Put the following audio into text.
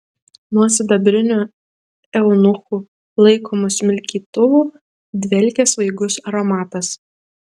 nuo sidabrinių eunuchų laikomų smilkytuvų dvelkė svaigus aromatas